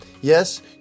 Yes